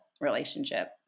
relationship